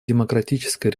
демократической